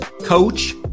coach